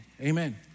Amen